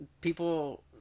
people